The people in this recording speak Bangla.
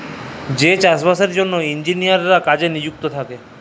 যে চাষ বাসের জ্যনহে ইলজিলিয়াররা কাজে লিযুক্ত থ্যাকে